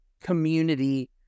community